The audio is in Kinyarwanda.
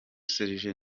serge